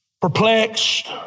perplexed